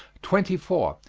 twenty four.